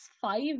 five